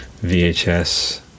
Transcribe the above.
VHS